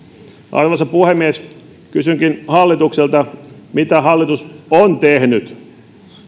arvoisa puhemies kysynkin hallitukselta mitä hallitus on tehnyt